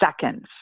seconds